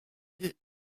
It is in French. deux